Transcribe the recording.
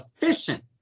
efficient